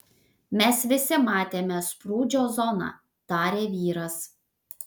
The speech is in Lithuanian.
mes visi matėme sprūdžio zoną tarė vyras